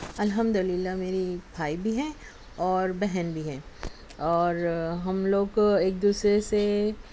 الحمد للہ میری بھائی بھی ہیں اور بہن بھی ہیں اور ہم لوگ ایک دوسرے سے